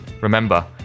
Remember